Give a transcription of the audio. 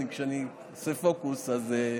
כשאני עושה פוקוס אז,